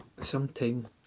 Sometime